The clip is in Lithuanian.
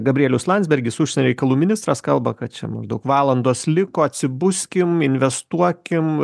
gabrielius landsbergis užsienio reikalų ministras kalba kad čia maždaug valandos liko atsibuskim investuokim